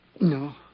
No